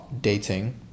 dating